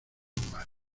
mares